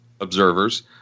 observers